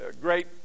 great